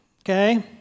Okay